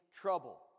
trouble